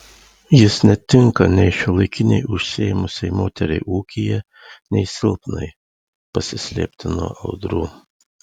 jis netinka nei šiuolaikinei užsiėmusiai moteriai ūkyje nei silpnai pasislėpti nuo audrų